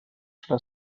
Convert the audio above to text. serà